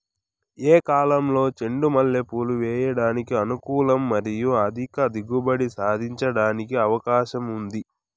ఏ కాలంలో చెండు మల్లె పూలు వేయడానికి అనుకూలం మరియు అధిక దిగుబడి సాధించడానికి అవకాశం ఉంది?